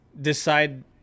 decide